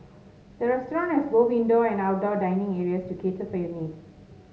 the restaurant has both indoor and outdoor dining areas to cater for your need